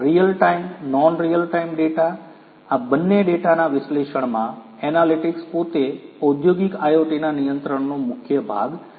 real time non real time data આ બંને ડેટાના વિશ્લેષણમાં એનાલિટિક્સ પોતે ઔદ્યોગિક IoT ના નિયંત્રણનો મુખ્ય ભાગ છે